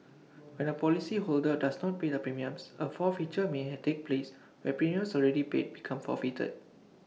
when A policyholder does not pay the premiums A forfeiture may had take place where premiums already paid become forfeited